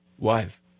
Wife